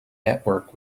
network